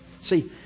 See